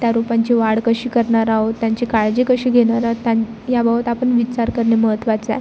त्या रोपांची वाढ कशी करणार आहोत त्यांची काळजी कशी घेणारात त्यां याबाबत आपण विचार करणे महत्त्वाचे आहे